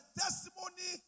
testimony